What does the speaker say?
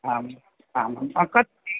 आ आम् आं कति